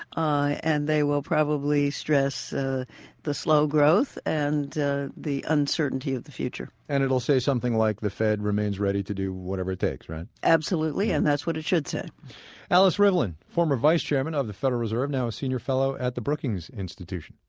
and they will probably stress the slow growth and the the uncertainty of the future and it'll say something like the fed remains ready to do whatever it takes. absolutely. and that's what it should say alice rivlin, former vice chairman of the federal reserve. now a senior fellow at the brookings institution.